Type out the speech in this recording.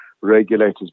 regulators